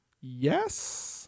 Yes